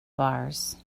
bars